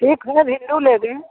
ठीक